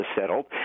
settled